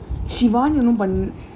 she won